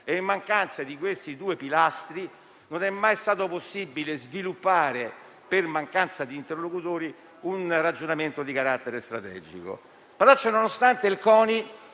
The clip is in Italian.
In mancanza di questi due pilastri, non è mai stato possibile sviluppare, per mancanza di interlocutori, un ragionamento di carattere strategico.